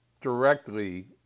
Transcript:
directly